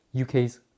UK's